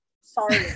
Sorry